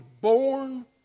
born